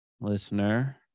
listener